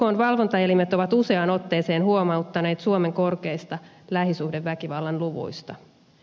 ykn valvontaelimet ovat useaan otteeseen huomauttaneet suomen korkeista lähisuhdeväkivallan luvuista